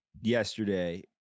yesterday